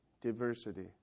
Diversity